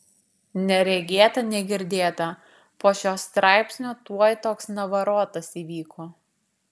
neregėta negirdėta po šio straipsnio tuoj toks navarotas įvyko